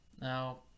Now